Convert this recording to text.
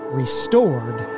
restored